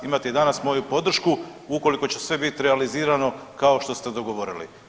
Imate i danas moju podršku ukoliko će sve biti realizirano kao što ste dogovorili.